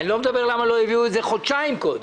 אני לא מדבר למה לא הביאו את זה חודשיים קודם.